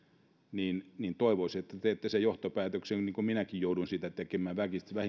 niin niin toivoisin että teette sen johtopäätöksen jonka minäkin jouduin tekemään väkisin